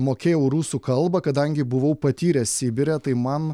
mokėjau rusų kalbą kadangi buvau patyręs sibire tai man